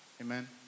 Amen